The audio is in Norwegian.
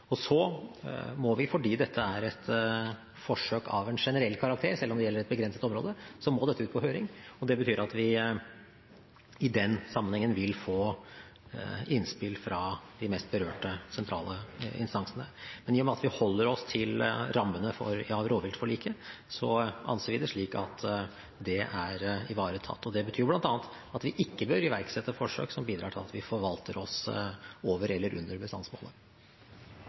Fordi dette er et forsøk av en generell karakter – selv om det gjelder et begrenset område – må det ut på høring. Det betyr at vi vil få innspill fra de mest berørte sentrale instansene. Men i og med at vi holder oss til rammene for rovdyrforliket, anser vi det slik at det er ivaretatt. Det betyr bl.a. at vi ikke bør iverksette forsøk som bidrar til at vi forvalter oss over eller under bestandsmålet.